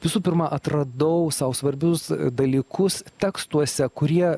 visų pirma atradau sau svarbius dalykus tekstuose kurie